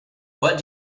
what